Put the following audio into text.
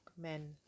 men